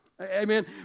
Amen